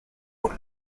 por